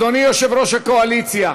אדוני יושב-ראש הקואליציה,